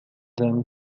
them